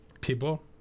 people